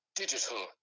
digital